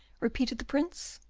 repeated the prince.